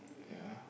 yeah